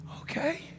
Okay